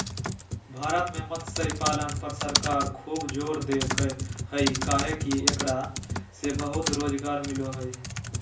भारत में मत्स्य पालन पर सरकार खूब जोर दे हई काहे कि एकरा से बहुत रोज़गार मिलो हई